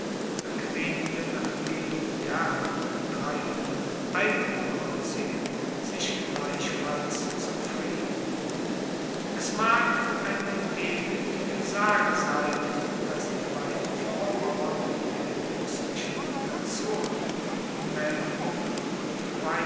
bequemte nach wenigen jahren sich gleichfalls zum frieden es mag eine wehmuetige sage sein dass die beiden vormauern der etruskischen nation melpum und